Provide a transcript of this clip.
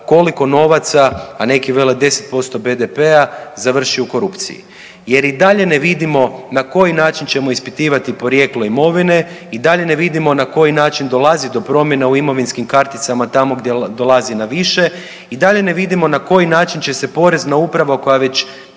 koliko novaca, a neki vele 10% BDP-a završi u korupciji. Jer i dalje ne vidimo na koji način ćemo ispitivati porijeklo imovine? I dalje ne vidimo na koji način dolazi do promjena u imovinskim karticama tamo gdje dolazi na više? I dalje ne vidimo na koji način će se Porezna uprava koja već